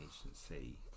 Agency